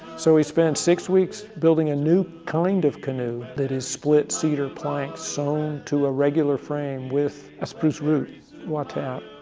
so he spends six weeks building a new kind of canoe that is split cedar planks sewn to a regular frame with ah spruce root watap,